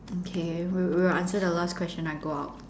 okay we will answer the last question I go out